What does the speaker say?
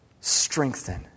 strengthen